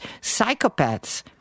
psychopaths